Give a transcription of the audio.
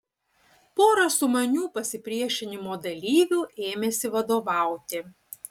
pora sumanių pasipriešinimo dalyvių ėmėsi vadovauti